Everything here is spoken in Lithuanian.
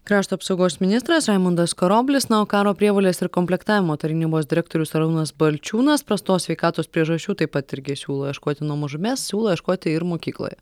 krašto apsaugos ministras raimundas karoblis na o karo prievolės ir komplektavimo tarnybos direktorius arūnas balčiūnas prastos sveikatos priežasčių taip pat irgi siūlo ieškoti nuo mažumės siūlo ieškoti ir mokykloje